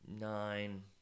nine